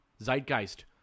Zeitgeist